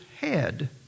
head